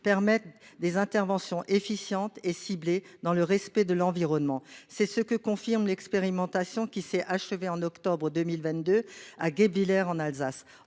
permettent des interventions efficientes et ciblées, dans le respect de l'environnement. C'est ce que confirme l'expérimentation qui s'est achevée en octobre 2022 à Guebwiller, en Alsace.